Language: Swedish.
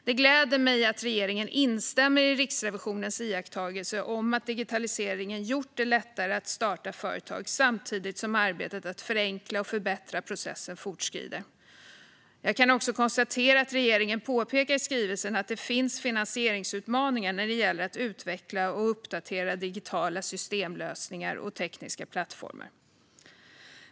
Det gläder mig att regeringen instämmer i Riksrevisionens iakttagelser om att digitaliseringen gjort det lättare att starta företag, samtidigt som arbetet att förenkla och förbättra processen fortskrider. Jag kan också konstatera att regeringen påpekar i skrivelsen att det finns finansieringsutmaningar när det gäller att utveckla och uppdatera digitala systemlösningar och tekniska plattformar.